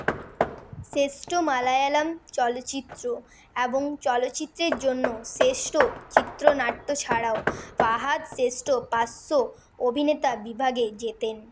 শ্রেষ্ঠ মালায়ালম চলচ্চিত্র এবং চলচ্চিত্রের জন্য শ্রেষ্ঠ চিত্রনাট্য ছাড়াও ফাহাদ শ্রেষ্ঠ পার্শ্ব অভিনেতা বিভাগে জেতেন